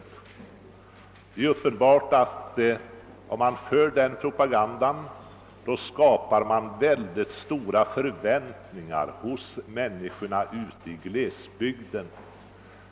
Det är uppenbart att man genom en sådan propaganda skapar väldiga förväntningar hos människorna ute i glesbygden.